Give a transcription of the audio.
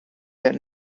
that